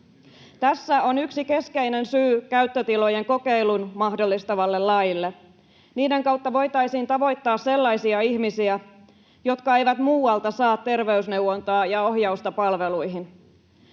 Tässä on yksi keskeinen syy käyttötilojen kokeilun mahdollistavalle laille. Niiden kautta voitaisiin tavoittaa sellaisia ihmisiä, jotka eivät muualta saa terveysneuvontaa ja ohjausta palveluihin.